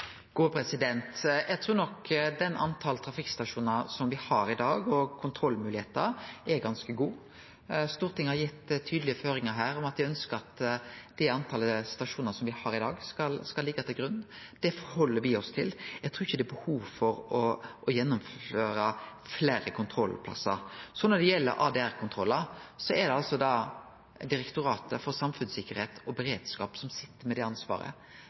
Eg trur nok at talet på trafikkstasjonar som me har i dag, og kontrollmoglegheita er ganske god. Stortinget har gitt tydelege føringar her om at ein ønskjer at det talet på stasjonar som me har i dag, skal liggje til grunn, og det held me oss til. Eg trur ikkje det er behov for å gjennomføre fleire kontrollplassar. Når det gjeld ADR-kontrollar, er det Direktoratet for samfunnstryggleik og beredskap som sit med det ansvaret,